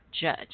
judge